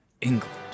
England